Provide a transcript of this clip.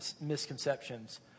misconceptions